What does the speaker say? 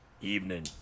evening